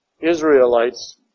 Israelites